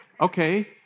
Okay